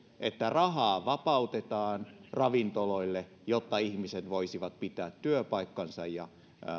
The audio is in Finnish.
että rahaa vapautetaan ravintoloille jotta ihmiset voisivat pitää työpaikkansa ja